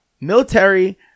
military